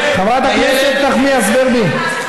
חברת הכנסת נחמיאס ורבין,